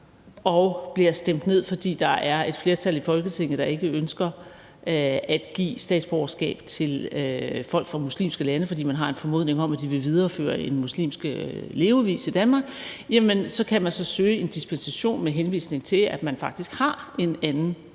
der bliver stemt ned, fordi der er et flertal i Folketinget, der ikke ønsker at give statsborgerskab til folk fra muslimske lande, fordi der er en formodning om, at de vil videreføre en muslimsk levevis i Danmark, så kan man søge en dispensation med henvisning til, at man faktisk har en anden